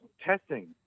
testing